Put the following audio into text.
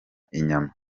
inyama